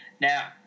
Now